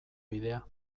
bidea